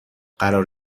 قرار